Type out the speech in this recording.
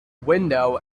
window